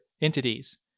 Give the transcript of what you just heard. entities